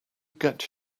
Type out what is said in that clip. get